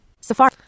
Safari